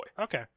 Okay